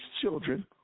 children